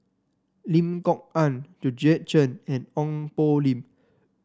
Lim Kok Ann Georgette Chen and Ong Poh Lim